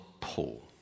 Paul